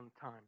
time